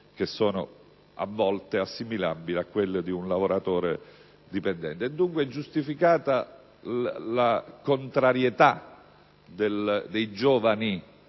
funzioni a volte assimilabili a quelle di un lavoratore dipendente. È dunque giustificata la contrarietà dei giovani